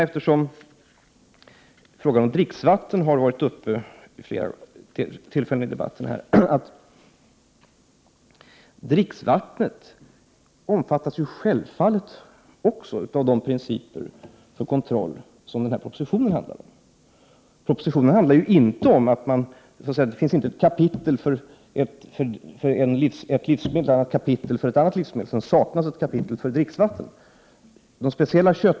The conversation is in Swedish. Eftersom frågan om dricksvattnet har tagits upp i debatten vid ett flertal tillfällen skall jag säga följande. Dricksvattnet omfattas självfallet också av de principer för kontroll som denna proposition handlar om. I propositionen finns det ju inte ett kapitel för ett livsmedel och ett annat kapitel för ett annat livsmedel, och det saknas inte ett kapitel för dricksvatten.